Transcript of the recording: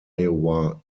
iowa